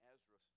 Ezra